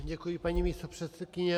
Děkuji, paní místopředsedkyně.